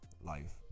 life